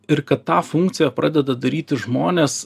ir kad tą funkciją pradeda daryti žmonės